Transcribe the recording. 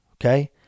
Okay